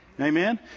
Amen